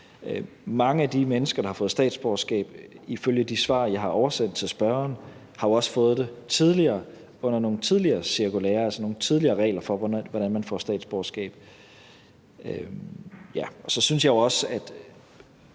Mange af de mennesker, der har fået statsborgerskab, har jo ifølge de svar, jeg har oversendt til spørgeren, også fået det tidligere, altså under nogle tidligere cirkulærer, nogle tidligere regler for, hvordan man fik statsborgerskab. Så synes jeg jo også, at